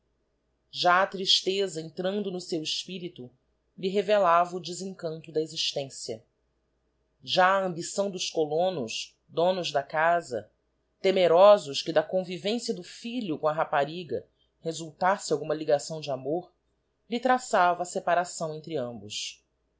já a tristeza entrando no seu espirito lhe revelava o desencanto da existência já a ambição dos colonos donos da casa temerosos que da convivência do filho com a rapariga resultasse alguma ligação de amor lhe traçava a separação entre ambos